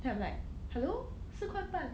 then I'm like hello 四块半